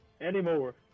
anymore